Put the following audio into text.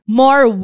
more